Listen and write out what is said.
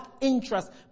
interest